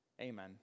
Amen